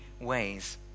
ways